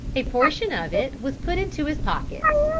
a portion of it was put into his pockets,